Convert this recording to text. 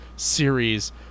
series